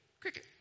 cricket